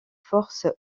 force